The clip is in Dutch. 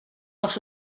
was